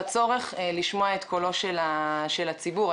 לצורך לשמוע את קולו של הציבור.